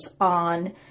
on